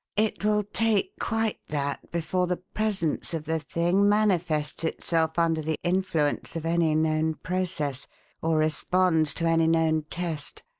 it will take quite that before the presence of the thing manifests itself under the influence of any known process or responds to any known test.